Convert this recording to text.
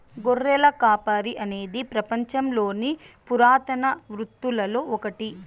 గొర్రెల కాపరి అనేది పపంచంలోని పురాతన వృత్తులలో ఒకటి